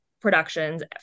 productions